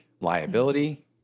liability